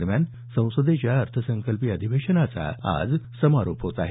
दरम्यान संसदेच्या अर्थसंकल्पीय अधिवेशनाचा आज समारोप होत आहे